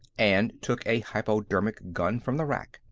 and took a hypodermic gun from the rack.